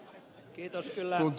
kiitos kyllä